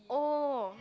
oh